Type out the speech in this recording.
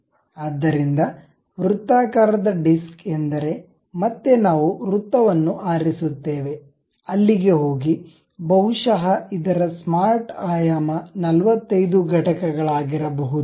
ಆದ್ದರಿಂದ ವೃತ್ತಾಕಾರದ ಡಿಸ್ಕ್ ಎಂದರೆ ಮತ್ತೆ ನಾವು ವೃತ್ತವನ್ನು ಆರಿಸುತ್ತೇವೆ ಅಲ್ಲಿಗೆ ಹೋಗಿ ಬಹುಶಃ ಇದರ ಸ್ಮಾರ್ಟ್ ಆಯಾಮ 45 ಘಟಕಗಳಾಗಿರಬಹುದು